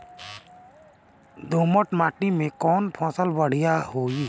दोमट माटी में कौन फसल बढ़ीया होई?